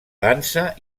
dansa